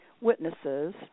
witnesses